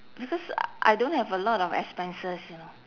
because I don't have a lot of expenses you know